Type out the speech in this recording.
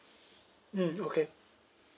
mm okay